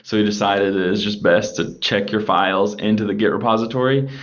so we decided it's just best to check your files into the git repository.